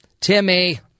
Timmy